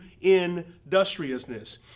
industriousness